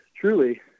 truly